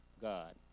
God